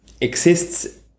exists